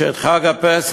שאת חג הפסח